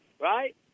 right